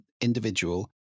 individual